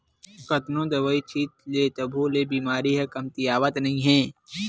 कतनो दवई छित ले तभो ले बेमारी ह कमतियावत नइ हे